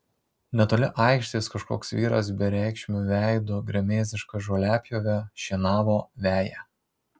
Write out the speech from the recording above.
netoli aikštės kažkoks vyras bereikšmiu veidu gremėzdiška žoliapjove šienavo veją